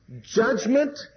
judgment